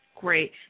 Great